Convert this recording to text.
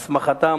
הסמכתם,